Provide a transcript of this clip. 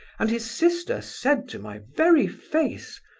and his sister said to my very face,